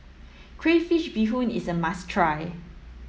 Crayfish beehoon is a must try